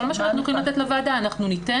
כל מה שאנחנו יכולים לתת לוועדה אנחנו ניתן,